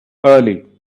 early